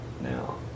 now